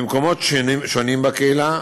במקומות שונים בקהילה,